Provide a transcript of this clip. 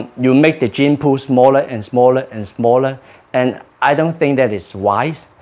you make the gene pool smaller and smaller and smaller and i don't think that is wise